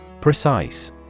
Precise